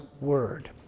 word